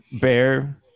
bear